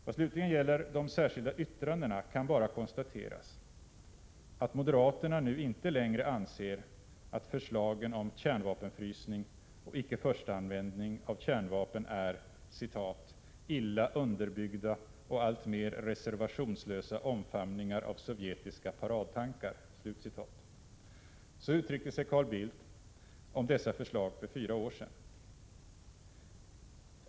När det gäller de särskilda yttrandena kan bara konstateras att moderaterna nu inte längre anser att förslagen om kärnvapenfrysning och ickeförstaanvändning av kärnvapen är ”illa underbyggda och alltmer reservationslösa omfamningar av sovjetiska paradtankar”. Så uttryckte sig Carl Bildt om dessa förslag för fyra år sedan.